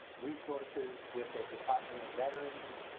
resources with the department of veterans.